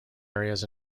areas